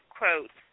quote